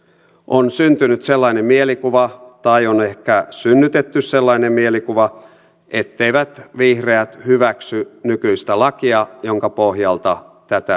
on syntynyt sellainen mielikuva tai on ehkä synnytetty sellainen mielikuva etteivät vihreät hyväksy nykyistä lakia jonka pohjalta tätä asiaa käsitellään